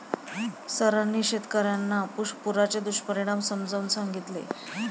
सरांनी शेतकर्यांना पुराचे दुष्परिणाम समजावून सांगितले